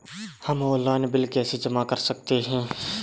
हम online bill कैसे जमा कर सकते हैं?